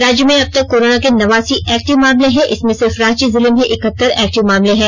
राज्य में अब तक कोरोना के नवासी एक्टिव मामले हैं इसमें सिर्फ रांची जिले में एकहत्तर एक्टिव मामले हैं